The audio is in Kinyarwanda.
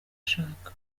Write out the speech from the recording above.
ashaka